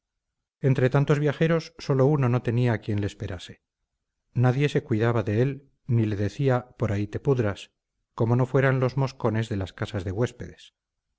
entre tantos viajeros sólo uno no tenía quien le esperase nadie se cuidaba de él ni le decía por ahí te pudras como no fueran los moscones de las casas de huéspedes